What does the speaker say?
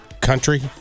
country